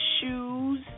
shoes